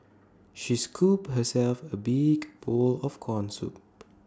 she scooped herself A big bowl of Corn Soup